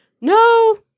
no